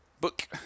book